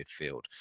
midfield